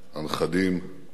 הנכדים,